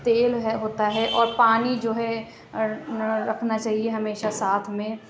تیل ہے ہوتا ہے اور پانی جو ہے رکھنا چاہیے ہمیشہ ساتھ میں